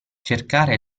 cercare